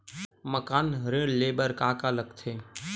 मकान ऋण ले बर का का लगथे?